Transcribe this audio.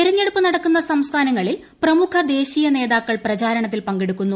തെരഞ്ഞെടുപ്പ് നടക്കുന്ന സംസ്ഥാനങ്ങളിൽ പ്രമുഖ ദേശീയ നേതാക്കൾ പ്രചാരണത്തിൽ പങ്കെടുക്കുന്നു